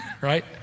right